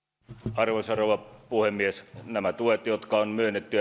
arvoisa rouva puhemies nämä tuet jotka on myönnetty